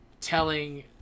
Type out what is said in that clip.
telling